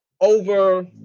Over